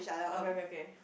okay okay okay